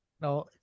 No